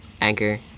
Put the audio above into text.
Anchor